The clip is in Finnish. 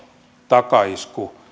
takaisku